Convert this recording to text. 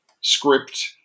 script